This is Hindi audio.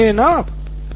यही कह रहे है न आप